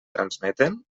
transmeten